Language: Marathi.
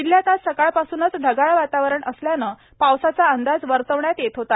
जिल्ह्यात आज सकाळपासूनच ढगाळ वातावरण असल्याने पावसाचा अंदाज वर्तविला जात होता